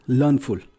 learnful